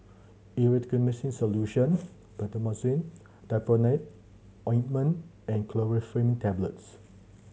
Erythroymycin Solution Betamethasone Dipropionate Ointment and Chlorpheniramine Tablets